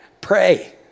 pray